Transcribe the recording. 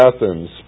Athens